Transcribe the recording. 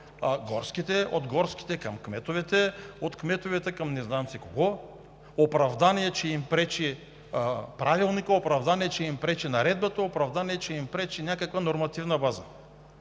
от горските към кметовете, от кметовете към не знам си кого, оправдание, че им пречи Правилникът, оправдание, че им пречи Наредбата, оправдание, че им пречи някаква нормативна база.